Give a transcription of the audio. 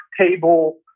table